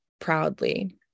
proudly